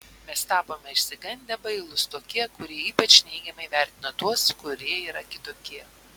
mes tapome išsigandę bailūs tokie kurie ypač neigiamai vertina tuos kurie yra kitokie